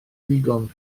ddigon